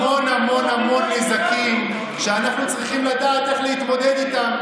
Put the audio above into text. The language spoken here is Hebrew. אלה המון נזקים שאנחנו צריכים לדעת איך להתמודד איתם,